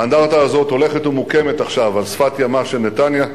האנדרטה הזאת הולכת ומוקמת עכשיו על שפת ימה של נתניה.